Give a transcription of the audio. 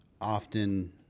often